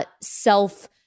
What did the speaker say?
self-